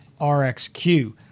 RXQ